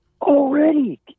Already